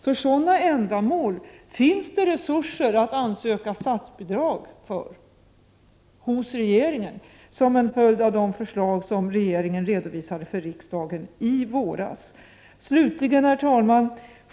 Som en följd av de förslag som regeringen redovisade för riksdagen i våras finns det nu möjligheter att för sådana ändamål ansöka om statsbidrag hos regeringen. Slutligen, herr talman!